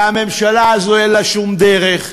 והממשלה הזו אין לה שום דרך,